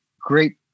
great